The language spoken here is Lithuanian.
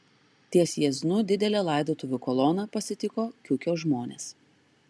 ties jieznu didelę laidotuvių koloną pasitiko kiukio žmonės